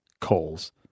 calls